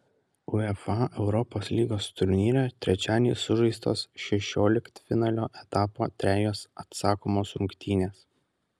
uefa europos lygos turnyre trečiadienį sužaistos šešioliktfinalio etapo trejos atsakomos rungtynės